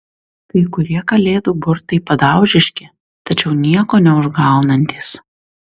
kai kurie kalėdų burtai padaužiški tačiau nieko neužgaunantys